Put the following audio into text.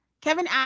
Kevin